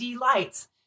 lights